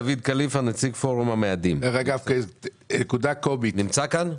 דוד כליפא, נציג פורום המאדים שנמצא ב-זום.